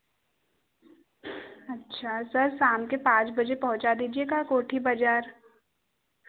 अच्छा सर शाम के पाँच बजे पहुँचा दीजिएगा कोठी बाज़ार